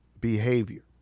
behavior